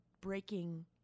breaking